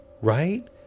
Right